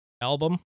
album